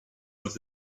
dix